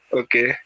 okay